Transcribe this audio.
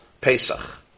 Pesach